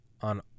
on